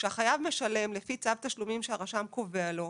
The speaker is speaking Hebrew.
כשהחייב משלם לפי צו תשלומים שהרשם קובע לו,